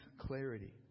clarity